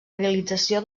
realització